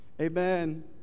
Amen